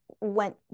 went